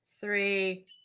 Three